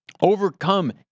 overcome